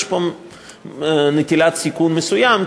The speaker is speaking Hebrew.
יש פה נטילת סיכון מסוים,